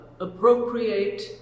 appropriate